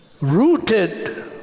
rooted